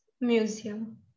Museum